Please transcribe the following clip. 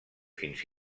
fins